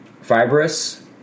fibrous